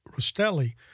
Rostelli